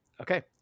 Okay